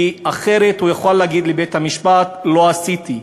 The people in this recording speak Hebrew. כי אחרת הוא יוכל להגיד לבית-המשפט: לא עשיתי.